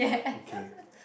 okay